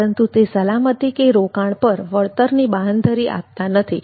પરંતુ તે સલામતી કે રોકાણ પર વળતરની બાયંધરી આપતા નથી